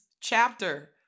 chapter